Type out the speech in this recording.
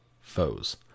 foes